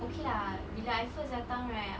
okay lah bila I first datang right